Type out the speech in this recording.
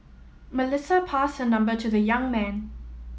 Melissa passed her number to the young man